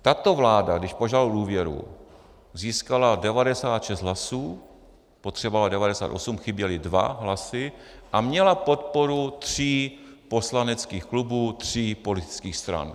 Tato vláda, když požádala o důvěru, získala 96 hlasů, potřebovala 98, chyběly dva hlasy, a měla podporu tří poslaneckých klubů, tří politických stran.